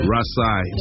Rasai